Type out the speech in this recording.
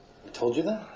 told you that?